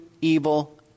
evil